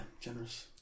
generous